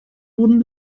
wurden